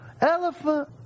Elephant